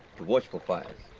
to watch for fires.